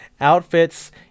outfits